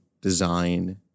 design